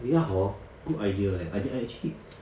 oh ya hor good idea leh I I actually